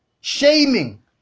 shaming